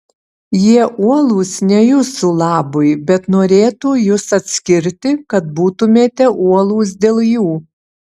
jie uolūs ne jūsų labui bet norėtų jus atskirti kad būtumėte uolūs dėl jų